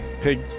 Pig